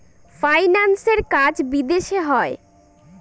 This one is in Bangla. ফাইন্যান্সের কাজ বিদেশে হয়